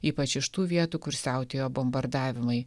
ypač iš tų vietų kur siautėjo bombardavimai